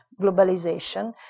globalization